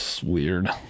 weird